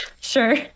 sure